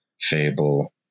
fable